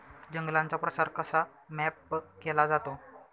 जंगलांचा प्रसार कसा मॅप केला जातो?